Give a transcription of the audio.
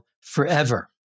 forever